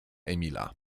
emila